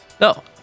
No